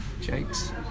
Jake's